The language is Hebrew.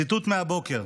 ציטוט מהבוקר,